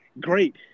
Great